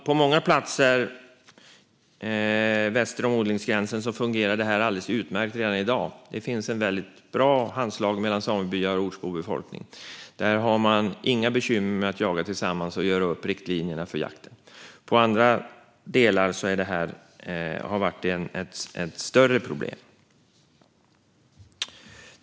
På många platser väster om odlingsgränsen fungerar det här alldeles utmärkt redan i dag. Där finns det ett väldigt bra handslag mellan samebyar och ortsbefolkning, och man har inga bekymmer med att jaga tillsammans och göra upp riktlinjerna för jakt. I andra delar har detta varit ett större problem.